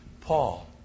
Paul